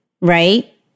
right